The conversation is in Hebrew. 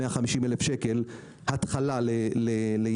150 אלף שקלים התחלה לילד,